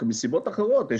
מסיבות אחרות.